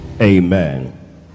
Amen